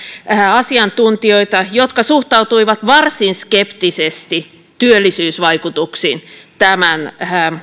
asiantuntijoita jotka suhtautuivat varsin skeptisesti työllisyysvaikutuksiin tämän